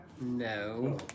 No